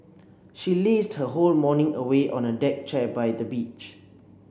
she lazed her whole morning away on a deck chair by the beach